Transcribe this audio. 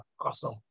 Awesome